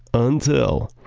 until,